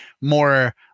more